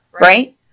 right